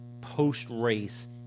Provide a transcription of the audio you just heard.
post-race